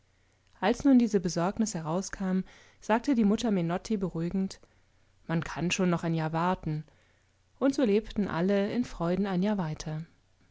als nun diese besorgnis herauskam sagte die mutter menotti beruhigend man kann schon noch ein jahr warten und so lebten alle in freuden ein jahr weiter